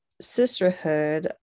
sisterhood